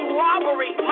robbery